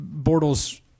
Bortles